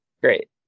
Great